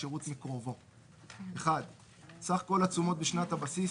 שירות מקרובו: (1)סך כל התשומות בשנת הבסיס,